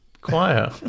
choir